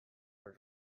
for